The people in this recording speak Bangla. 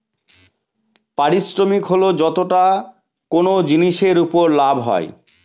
পারিশ্রমিক হল যতটা কোনো জিনিসের উপর লাভ হয়